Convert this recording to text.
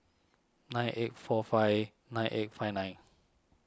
nine eight four five nine eight five nine